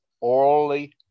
orally